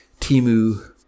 Timu